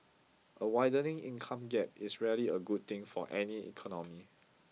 a widening income gap is rarely a good thing for any economy